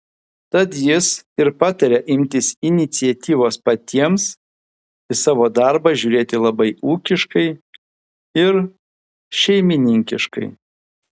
tad jis ir patarė imtis iniciatyvos patiems į savo darbą žiūrėti labai ūkiškai ir šeimininkiškai